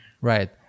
Right